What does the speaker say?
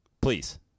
Please